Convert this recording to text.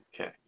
Okay